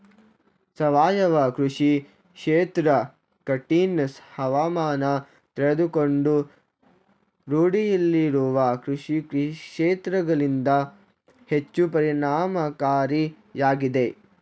ಸಾವಯವ ಕೃಷಿ ಕ್ಷೇತ್ರ ಕಠಿಣ ಹವಾಮಾನ ತಡೆದುಕೊಂಡು ರೂಢಿಯಲ್ಲಿರುವ ಕೃಷಿಕ್ಷೇತ್ರಗಳಿಗಿಂತ ಹೆಚ್ಚು ಪರಿಣಾಮಕಾರಿಯಾಗಿದೆ